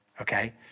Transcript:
okay